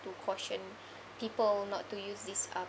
to caution people not to use this uh